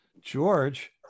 George